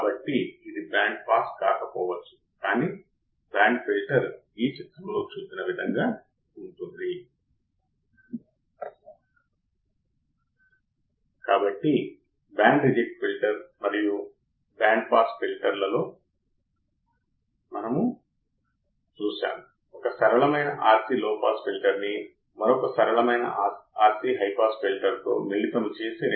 కాబట్టి నేను అప్లై చేసినప్పుడు ఐడియల్ ఆపరేషన్ యాంప్లిఫైయర్ విషయంలో నేను చూసినప్పుడు ఇన్పుట్ కరెంట్ ను ఆకర్షించదు ఇన్పుట్ కరెంట్ ను ప్రవహించదు మనం దానిని చూశాము కాని ఆచరణాత్మక ఆప్ ఆంప్స్ విషయంలో ఇన్పుట్ కొంత కరెంట్ ని ప్రవహిస్తుంది చాల చిన్న కరెంటు అని మీరు చూస్తారు